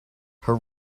her